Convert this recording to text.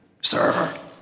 sir